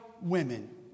women